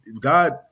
God